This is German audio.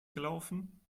gelaufen